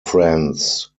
friends